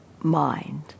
mind